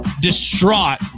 distraught